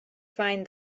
find